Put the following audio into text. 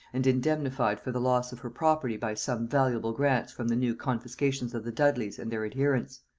and indemnified for the loss of her property by some valuable grants from the new confiscations of the dudleys and their adherents.